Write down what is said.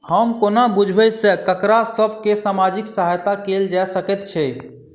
हम कोना बुझबै सँ ककरा सभ केँ सामाजिक सहायता कैल जा सकैत छै?